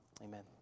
Amen